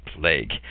plague